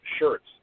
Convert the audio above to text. shirts